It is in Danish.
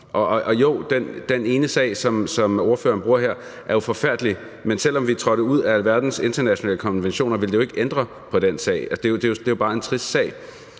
Og jo, den ene sag, som ordføreren bruger som eksempel her, er jo forfærdelig, men selv om vi trådte ud af alverdens internationale konventioner, ville det ikke ændre på den sag, altså, det er jo bare en trist sag.